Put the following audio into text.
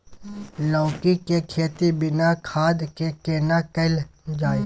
लौकी के खेती बिना खाद के केना कैल जाय?